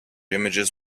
images